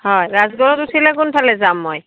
হয় ৰাজগড়ত উঠিলে কোনফালে যাম মই